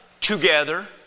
Together